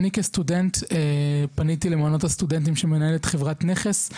אני כסטודנט פניתי למעונות הסטודנטים שמנהלת חברת נכס,